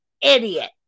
idiot